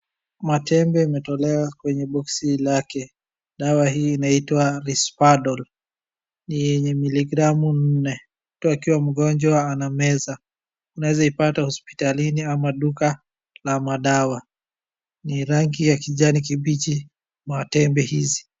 Matembe imetolewa kwenye boxi lake, dawa hii inaitwa Vespadol ni yenye milligramu nne, mtu akiwa mgonjwa anameza. Unaweza ipata hospitalini ama duka ya madawa. Ni rangi ya kijani kibichi matembe hizi.